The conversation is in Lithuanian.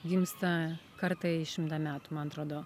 gimsta kartą į šimtą metų man atrodo